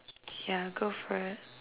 yeah go for it